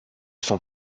son